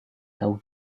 tahu